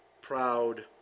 proud